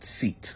seat